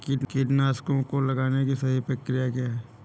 कीटनाशकों को लगाने की सही प्रक्रिया क्या है?